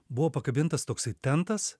buvo pakabintas toksai tentas